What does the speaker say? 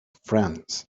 france